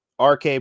RK